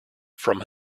from